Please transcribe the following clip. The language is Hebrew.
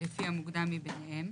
לפי המוקדם ביניהם,